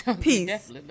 Peace